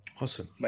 awesome